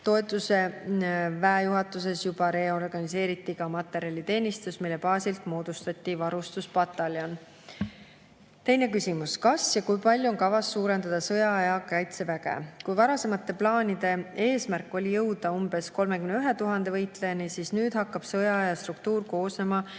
toetuse. Väejuhatuses reorganiseeriti juba ka materjaliteenistus, mille baasilt moodustati varustuspataljon. Teine küsimus: "Kas ja kui palju on kavas suurendada sõjaaja kaitseväge?" Kui varasemate plaanide eesmärk oli jõuda umbes 31 000 võitlejani, siis nüüd hakkab sõjaaja struktuur koosnema